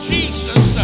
Jesus